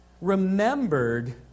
remembered